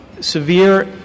severe